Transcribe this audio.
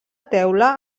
teula